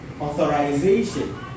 Authorization